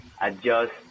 adjust